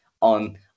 on